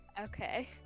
Okay